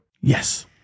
Yes